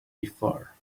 before